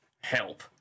Help